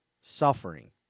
suffering